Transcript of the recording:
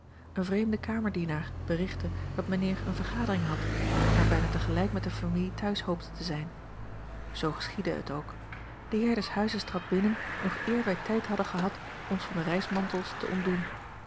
een vreemde kamerdienaar berichtte dat mijnheer eene vergadering had maar bijna tegelijk met de familie thuis hoopte te zijn zoo geschiedde het ook de heer des huizes trad binnen nog eer wij tijd hadden gehad ons van de reismantels te ontdoen